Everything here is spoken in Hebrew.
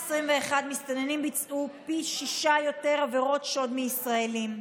2021 מסתננים ביצעו פי שישה יותר עבירות שוד מישראלים,